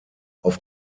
auf